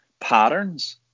patterns